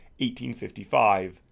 1855